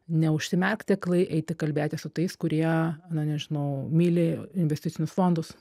neužsimerkt aklai eiti kalbėtis su tais kurie na nežinau myli investicinius fondus